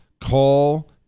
call